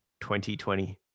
2020